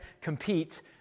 compete